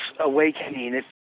awakening